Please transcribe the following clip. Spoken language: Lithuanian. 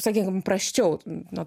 sakykim prasčiau nu